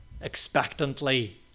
expectantly